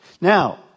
Now